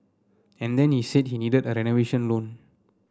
and then he said he needed a renovation loan